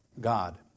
God